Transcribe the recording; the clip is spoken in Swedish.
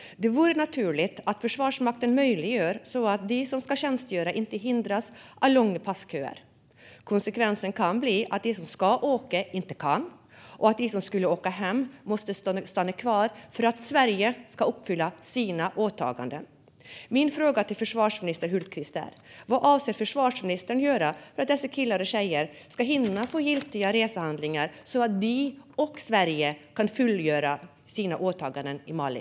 Det vore naturligt om Försvarsmakten möjliggjorde att de som ska tjänstgöra inte hindras av långa passköer. Konsekvensen kan annars bli att de som ska åka inte kan åka och att de som skulle åka hem måste stanna kvar för att Sverige ska uppfylla sina åtaganden i Mali. Min fråga till försvarsminister Hultqvist är: Vad avser försvarsministern att göra för att dessa killar och tjejer ska hinna få giltiga resehandlingar så att de och Sverige kan fullgöra sina åtaganden i Mali?